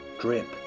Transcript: drip